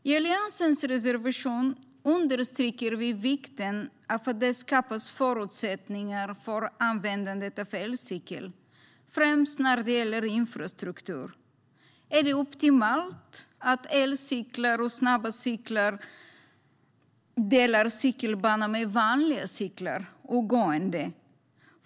I Alliansens reservation understryker vi vikten av att det skapas förutsättningar för användandet av elcykel, främst när det gäller infrastruktur. Är det optimalt att elcyklar och snabba cyklar delar cykelbana med vanliga cyklar och gående?